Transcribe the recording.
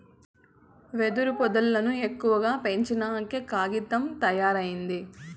వెదురు పొదల్లను ఎక్కువగా పెంచినంకే కాగితం తయారైంది